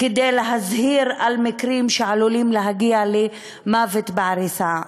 כדי להזהיר על מקרים שעלולים להגיע למוות בעריסה.